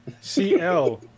cl